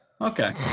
Okay